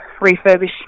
refurbish